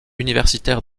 universitaire